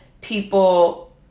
people